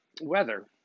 weather